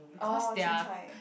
orh Chin-Cai